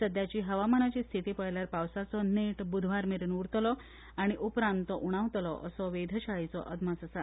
सध्याची हवामानाची स्थिती पळयल्यार पावसाचो नेट ब्रधवार मेरेन उरतलो आनी उपरांत तो उणावतलो असो वेधशाळेचो अदमास आसा